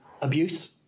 abuse